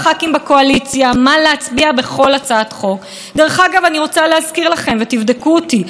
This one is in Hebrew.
ותבדקו אותי: הפעם האחרונה שהיה חופש הצבעה בחוק מסוים לקואליציה,